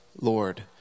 Lord